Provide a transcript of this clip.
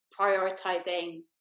prioritizing